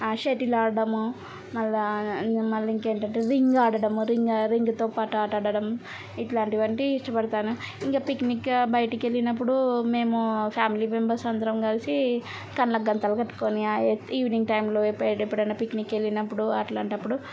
shuttle ఆడ్డము మళ్ళీ మళ్ళీ ఇంకేంటంటే రింగ్ ఆడడుము రింగ్ రింగ్తో పాటూ ఆట ఆడడం ఇట్లాంటివంటి ఇష్టపడతాను ఇంకా పిక్నిక్కి బయటికి వెళ్ళినప్పుడు మేము ఫ్యామిలీ మెంబర్స్ అందరం కలిసి కండ్లకు గంతులు కట్టుకొని ఆయే ఈవెనింగ్ టైంలో పోయేటప్పుడు ఎప్పుడైనా పిక్నిక్ వెళ్ళినప్పుడు అట్లాంటప్పుడు